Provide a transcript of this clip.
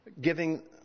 giving